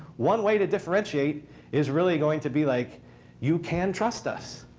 one way to differentiate is really going to be, like you can trust us.